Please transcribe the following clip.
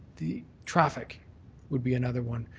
the traffic would be another one,